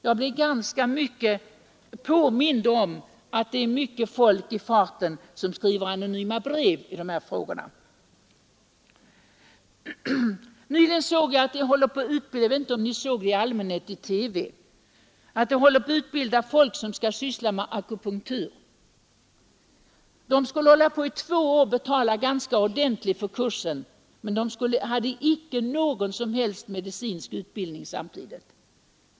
Jag blev också i det sammanhanget ofta påmind om att rätt många människor skriver anonyma brev i sådana här frågor. Nyligen såg jag i TV — jag vet inte om kammarens ledamöter också såg det — att man håller på att utbilda människor som skall syssla med akupunktur. Vederbörande skall utbilda sig i två år och får betala ganska ordentligt för kursen, men han eller hon får inte någon som helst medicinsk utbildning samtidigt.